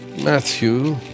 Matthew